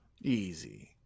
Easy